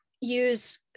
use